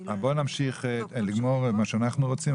בואי נמשיך ונגמור את מה שאנחנו רוצים,